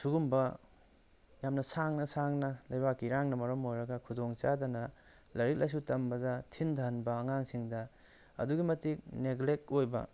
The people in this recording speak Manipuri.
ꯁꯨꯒꯨꯝꯕ ꯌꯥꯝꯅ ꯁꯥꯡꯅ ꯁꯥꯡꯅ ꯂꯩꯕꯥꯛꯀꯤ ꯏꯔꯥꯡꯅ ꯃꯔꯝ ꯑꯣꯏꯔꯒ ꯈꯨꯗꯣꯡꯆꯥꯗꯅ ꯂꯥꯏꯔꯤꯛ ꯂꯥꯏꯁꯨ ꯊꯝꯕꯗ ꯊꯤꯟꯊꯍꯟꯕ ꯑꯉꯥꯡꯁꯤꯡꯗ ꯑꯗꯨꯛꯀꯤ ꯃꯇꯤꯛ ꯅꯦꯒ꯭ꯂꯦꯛ ꯑꯣꯏꯕ